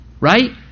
right